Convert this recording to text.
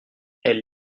elles